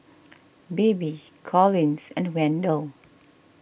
Baby Collins and Wendell